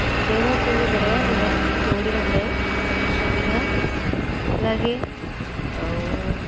ବ୍ୟବହାର କରିବା ଦ୍ୱାରା ଆମକୁ ଦୌଡ଼ିବା ପାଇଁ ସୁବିଧା ଲାଗେ ଆଉ